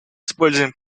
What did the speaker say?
используем